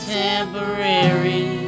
temporary